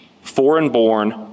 foreign-born